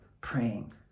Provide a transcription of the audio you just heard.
praying